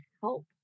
help